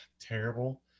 terrible